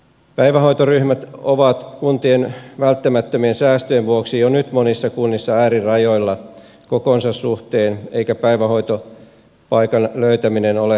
päivähoitoryhmät ovat kuntien välttämättömien säästöjen vuoksi jo nyt monissa kunnissa äärirajoilla kokonsa suhteen eikä päivähoitopaikan löytäminen ole helppoa